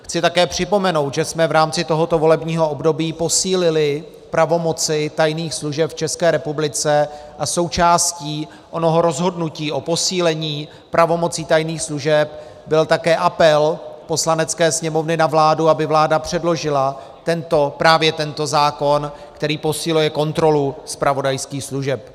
Chci také připomenout, že jsme v rámci tohoto volebního období posílili pravomoci tajných služeb v České republice, a součástí onoho rozhodnutí o posílení pravomocí tajných služeb byl také apel Poslanecké sněmovny na vládu, aby vláda předložila právě tento zákon, který posiluje kontrolu zpravodajských služeb.